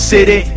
City